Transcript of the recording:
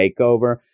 makeover